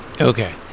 Okay